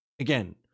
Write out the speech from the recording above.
again